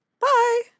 Bye